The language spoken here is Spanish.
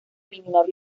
eliminar